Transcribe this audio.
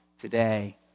today